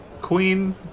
queen